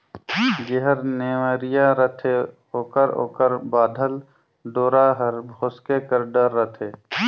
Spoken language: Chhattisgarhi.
जेहर नेवरिया रहथे ओकर ओकर बाधल डोरा हर भोसके कर डर रहथे